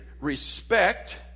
Respect